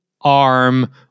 arm